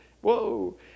Whoa